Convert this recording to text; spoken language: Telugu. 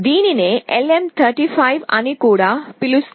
దీనినే LM35 అని కూడా పిలుస్తారు